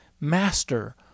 Master